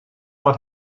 mal